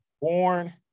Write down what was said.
born